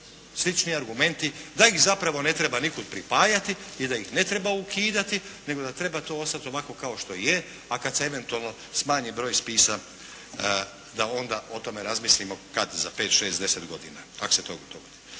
slični argumenti da ih zapravo ne treba nikuda pripajati i da ih ne treba ukidati nego da treba to ostati ovako kao što je, a kada se eventualno smanji broj spisa da onda o tome razmislimo kad za pet, šest, deset godina ako se to dogodi.